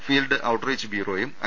field outreach ബ്യൂറോയും I